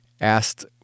asked